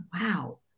wow